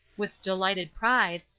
with delighted pride,